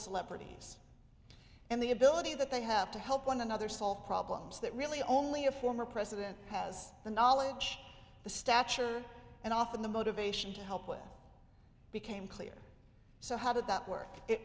celebrities and the ability that they have to help one another solve problems that really only a former president has the knowledge the stature and often the motivation to help with became clear so how did that work it